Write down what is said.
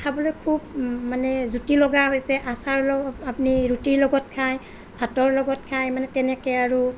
খাবলৈ খুব মানে জুতি লগা হৈছে আচাৰৰ লগত আপুনি ৰুটিৰ লগত খাই ভাতৰ লগত খাই মানে তেনেকে আৰু